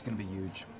and be uge.